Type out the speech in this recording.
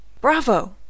bravo